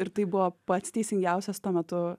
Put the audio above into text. ir tai buvo pats teisingiausias tuo metu